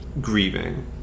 grieving